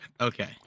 Okay